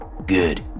Good